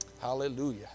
hallelujah